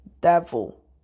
devil